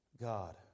God